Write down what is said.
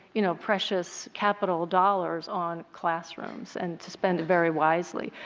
you know, precious capital dollars on classrooms and to spend it very wisely.